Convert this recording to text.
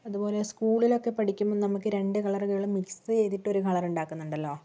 അതുപോലെ സ്കൂളിലൊക്കെ പഠിക്കുമ്പോൾ നമുക്ക് രണ്ടു കളറുകൾ മിക്സ് ചെയ്തിട്ട് ഒരു കളർ ഉണ്ടാക്കുന്നുണ്ടല്ലൊ